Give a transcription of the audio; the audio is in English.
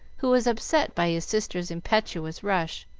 who was upset by his sister's impetuous rush,